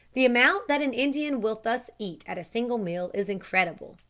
the amount that an indian will thus eat at a single meal is incredible.